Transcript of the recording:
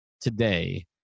today